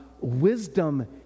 wisdom